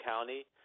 County